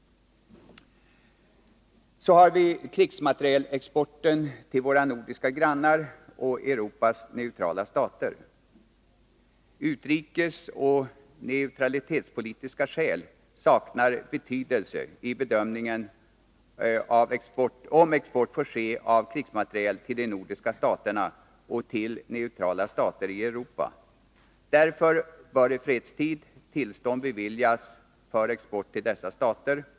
Så har vi krigsmaterielexporten till våra nordiska grannar och Europas neutrala stater. Utrikesoch neutralitetspolitiska skäl saknar betydelse i bedömningen av om export får ske av krigsmateriel till de nordiska staterna och till neutrala stater i Europa. Därför bör i fredstid tillstånd beviljas för export till dessa stater.